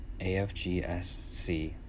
AFGSC